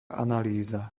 analýza